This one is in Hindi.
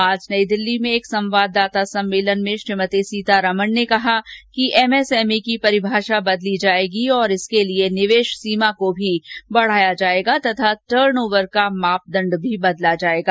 आज नई दिल्ली में एक संवाददाता सम्मेलन में श्रीमती सीतारमण ने कहा कि एमएसएमई की परिभाषा बदली जाएगी और एमएसएमई के लिए निवेश सीमा को भी बढाया जाएगा तथा टर्न ओवर का मापदण्ड भी बदला जाएगा